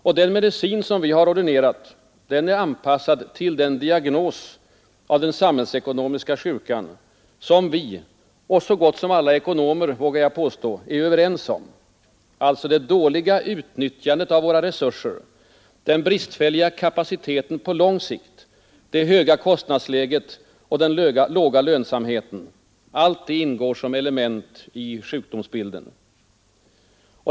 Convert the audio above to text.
Och den medicin vi har ordinerat är anpassad till den diagnos av den samhällsekonomiska sjukan, som vi — och så gott som alla ekonomer, vågar jag påstå — är överens om. Det dåliga utnyttjandet av våra resurser, den bristfälliga kapaciteten på lång sikt, det höga kostnadsläget och den låga lönsamheten ingår som väsentliga element i sjukdomsbilden.